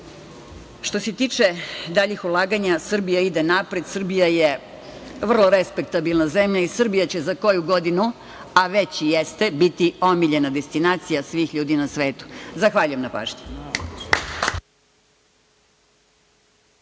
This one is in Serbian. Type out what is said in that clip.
se tiče daljih ulaganja, Srbija ide napred, Srbija je vrlo respektabilna zemlja i Srbija će za koju godinu, a već jeste, biti omiljena destinacija svih ljudi na svetu. Zahvaljujem na pažnji.